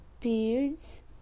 beards